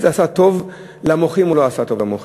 זה עשה טוב למוחים או לא עשה טוב למוחים?